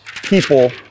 people